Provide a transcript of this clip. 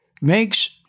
makes